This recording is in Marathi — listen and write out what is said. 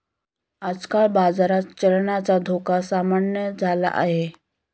आजकाल बाजारात चलनाचा धोका सामान्य झाला आहे